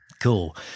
Cool